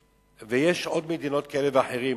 יש עוד מדינות כאלה ואחרות.